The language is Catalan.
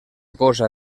cosa